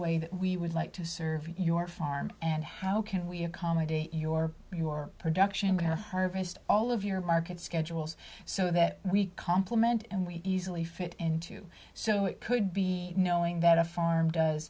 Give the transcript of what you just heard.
way that we would like to serve your farm and how can we accommodate your your production to harvest all of your market schedules so that we compliment and we easily fit into so it could be knowing that a farm does